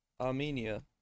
Armenia